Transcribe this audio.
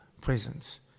presence